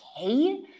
okay